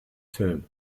term